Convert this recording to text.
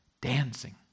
dancing